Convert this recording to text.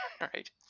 right